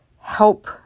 help